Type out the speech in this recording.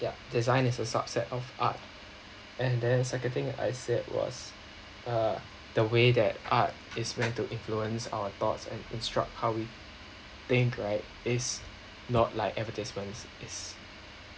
yeah design is a subset of art and then second thing I said was uh the way that art is meant to influence our thoughts and instruct how we think right is not like advertisements it's